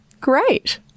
great